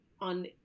on